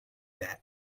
that